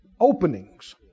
Openings